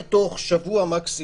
תוך שבוע מקסימום,